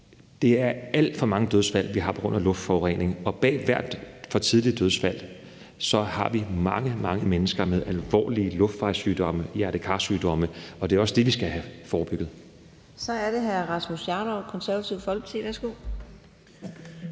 det er alt for mange dødsfald, vi har på grund af luftforurening, og bag hvert for tidligt dødsfald har vi mange, mange mennesker med alvorlige luftvejssygdomme og hjerte-kar-sygdomme. Og det er også det, vi skal have forebygget. Kl. 14:55 Anden næstformand (Karina